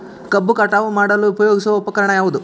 ಕಬ್ಬು ಕಟಾವು ಮಾಡಲು ಉಪಯೋಗಿಸುವ ಉಪಕರಣ ಯಾವುದು?